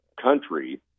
country